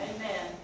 Amen